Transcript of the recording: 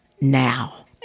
now